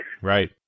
Right